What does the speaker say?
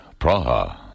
Praha